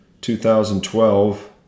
2012